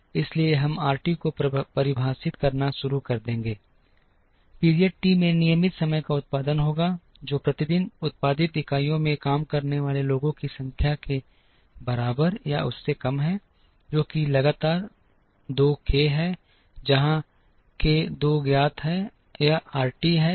इसलिए हम आरटी को परिभाषित करना शुरू कर देंगे पीरियड टी में नियमित समय का उत्पादन होता है जो प्रति दिन उत्पादित इकाइयों में काम करने वाले लोगों की संख्या के बराबर या उससे कम है जो कि लगातार 2 k है जहां k 2 ज्ञात है यह RT है दिन